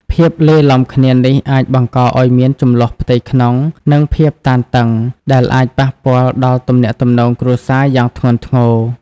ភាពលាយឡំគ្នានេះអាចបង្កឱ្យមាន ជម្លោះផ្ទៃក្នុង និងភាពតានតឹង ដែលអាចប៉ះពាល់ដល់ទំនាក់ទំនងគ្រួសារយ៉ាងធ្ងន់ធ្ងរ។